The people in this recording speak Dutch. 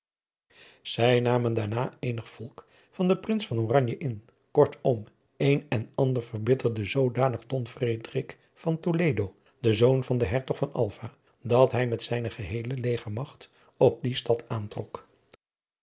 zij namen daarna eenig volk van den prins van oranje in kortom een en ander verbitterde zoodanig don fredrik van toledo den zoon van den hertog van alva dat hij met zijne geheele legermagt op die stad aantrok